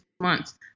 months